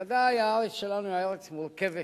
ודאי, הארץ שלנו היא ארץ מורכבת,